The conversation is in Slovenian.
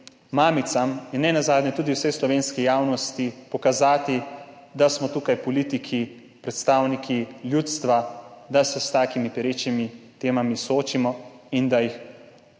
mamicam in nenazadnje tudi vsej slovenski javnosti pokazati, da smo tukaj politiki predstavniki ljudstva, da se s takimi perečimi temami soočimo in da jih